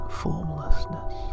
formlessness